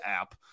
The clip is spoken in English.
app